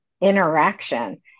interaction